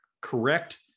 correct